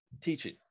teaching